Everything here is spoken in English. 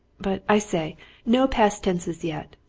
but i say no past tenses yet!